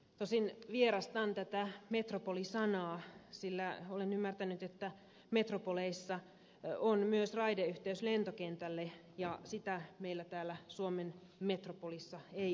tosin vierastan metropoli sanaa sillä olen ymmärtänyt että metropoleissa on myös raideyhteys lentokentälle ja sitä meillä täällä suomen metropolissa ei ole